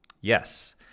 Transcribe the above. Yes